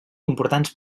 importants